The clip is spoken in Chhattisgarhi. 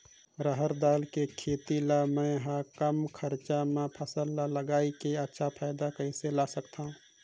रहर दाल के खेती ला मै ह कम खरचा मा फसल ला लगई के अच्छा फायदा कइसे ला सकथव?